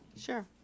Sure